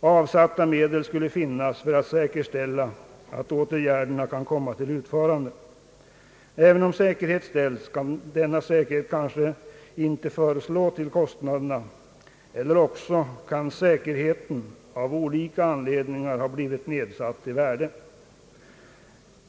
bör avsatta medel finnas för att säkerställa att åtgärderna kan utföras. även om säkerhet ställs förslår den kanske inte till kostnaderna, eller också kan säkerheten av olika anledningar ha blivit nedsatt i värde.